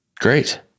Great